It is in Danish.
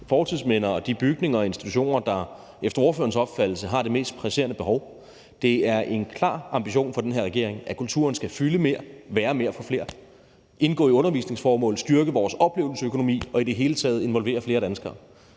fortidsminder og de bygninger og institutioner, som efter ordførerens opfattelse har det mest presserende behov. Det er en klar ambition for den her regering, at kulturen skal fylde mere og være mere for flere mennesker, indgå i undervisningsformål, styrke vores oplevelsesøkonomi og i det hele taget involvere flere danskere.